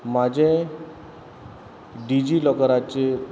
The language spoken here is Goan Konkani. म्हजें डिजी लॉकराचें